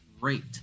Great